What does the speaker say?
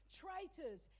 traitors